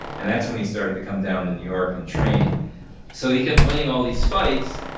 and that's when he started to come down to new york and train so he kept winning all these fights,